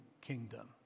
kingdom